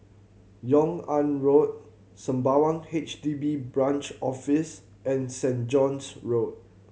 Yung An Road Sembawang H D B Branch Office and Saint John's Road